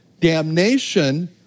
damnation